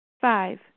Five